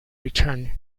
return